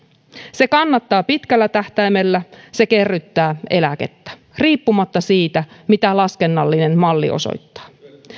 se kannattaa pitkällä tähtäimellä se kerryttää eläkettä riippumatta siitä mitä laskennallinen malli osoittaa